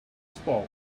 spark